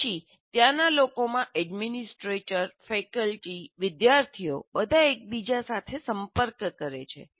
પછી ત્યાંના લોકોમાં એડમિનિસ્ટ્રેટર ફેકલ્ટી વિદ્યાર્થીઓ બધા એકબીજા સાથે સંપર્ક કરે છે